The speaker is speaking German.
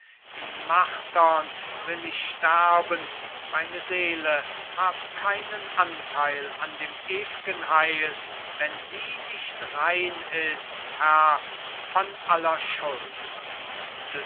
in martern will ich sterben meine seele hab keinen anteil an dem ewgen heil wenn sie nicht rein ist herr von aller schuld